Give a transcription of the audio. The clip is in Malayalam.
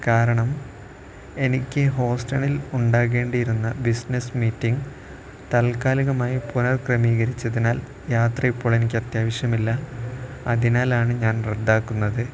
കാരണം എനിക്ക് ഹൂസ്റ്റണിൽ ഉണ്ടാകേണ്ടിയിരുന്ന ബിസിനസ്സ് മീറ്റിംഗ് താൽക്കാലികമായി പുനർക്രമീകരിച്ചതിനാൽ യാത്രയിപ്പോൾ എനിക്ക് അത്യാവശ്യമില്ല അതിനാലാണ് ഞാൻ റദ്ദാക്കുന്നത്